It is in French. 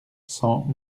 cent